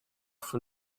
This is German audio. von